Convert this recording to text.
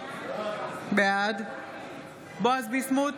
בעד בועז ביסמוט,